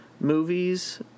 movies